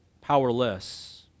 powerless